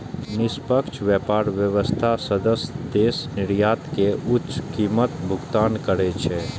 निष्पक्ष व्यापार व्यवस्थाक सदस्य देश निर्यातक कें उच्च कीमतक भुगतान करै छै